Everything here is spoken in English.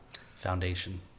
Foundation